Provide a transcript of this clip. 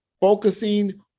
focusing